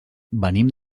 venim